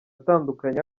atandukanye